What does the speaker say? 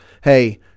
Hey